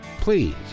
Please